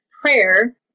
prayer